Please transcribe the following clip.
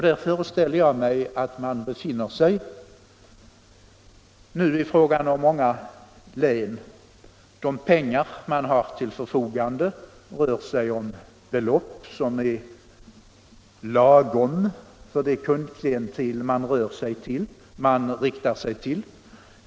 Där föreställer jag mig att man nu befinner sig i många län. De pengar man har till förfogande är lagom för det kundklientel man riktar sig till.